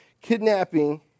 kidnapping